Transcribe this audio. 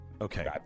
Okay